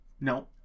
No